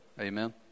Amen